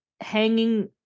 hanging